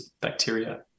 bacteria